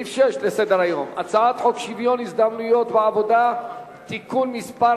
סעיף 6 בסדר-היום: הצעת חוק שוויון ההזדמנויות בעבודה (תיקון מס'